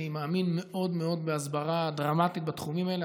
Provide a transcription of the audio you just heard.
אני מאמין מאוד מאוד בהסברה דרמטית בתחומים האלה.